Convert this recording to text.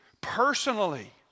personally